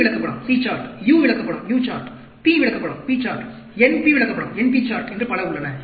C விளக்கப்படம் U விளக்கப்படம் P விளக்கப்படம் NP விளக்கப்படம் என்று பல உள்ளன